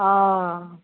हाँ